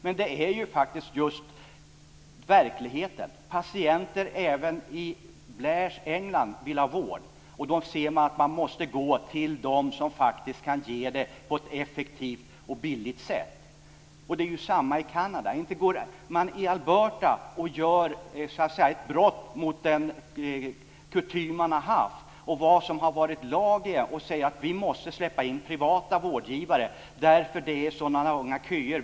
Men det är ju verkligheten. Patienter även i Blairs England vill ha vård. Och då ser man att man faktist måste gå till dem som kan ge det på ett effektivt och billigt sätt. Det är ju samma sak i Kanada. Inte bryter man i Alberta mot den kutym man har haft, mot det som har varit lag; man säger: Vi måste släppa in privata vårdgivare därför att det är så långa köer.